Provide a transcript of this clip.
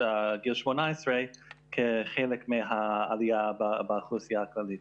גיל 18 כחלק מהעלייה באוכלוסייה הכללית.